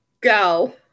go